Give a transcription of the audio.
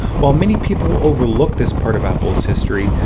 while many people overlook this part of apple's history,